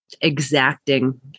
exacting